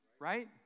Right